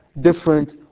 different